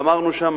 ואמרנו שם,